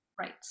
right